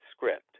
Script